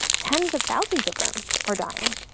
tens of thousands of them are dying.